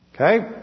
Okay